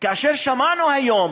כאשר שמענו היום